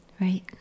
Right